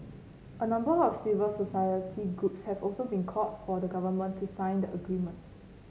a number of civil society groups have also called for the Government to sign the agreement